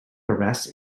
arrest